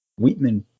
Wheatman